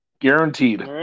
Guaranteed